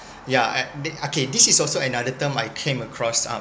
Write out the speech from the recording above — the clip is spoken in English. yeah ac~ they okay this is also another term I came across um